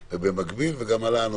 אבל גם אנחנו חשבנו שצריך שיהיה גורם אחד